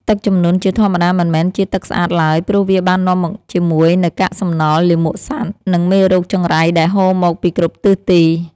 ទឹកជំនន់ជាធម្មតាមិនមែនជាទឹកស្អាតឡើយ ព្រោះវាបាននាំមកជាមួយនូវកាកសំណល់ លាមកសត្វ និងមេរោគចង្រៃដែលហូរមកពីគ្រប់ទិសទី។